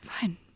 Fine